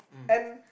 and